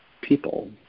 people